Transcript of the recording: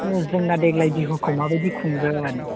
जोंना देग्लाय बिहुखौ माबायदि खुंगोन